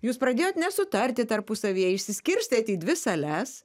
jūs pradėjot nesutarti tarpusavyje išsiskirstėt į dvi sales